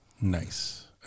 Nice